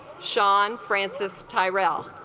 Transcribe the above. sean francis tyrell